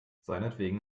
seinetwegen